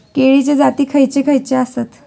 केळीचे जाती खयचे खयचे आसत?